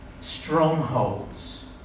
strongholds